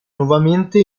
nuovamente